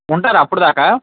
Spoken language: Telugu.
ఉంటారా అప్పుడు దాకా